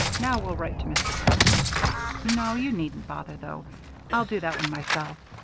now, we'll write to mr. brown no, you needn't bother, though i'll do that one myself.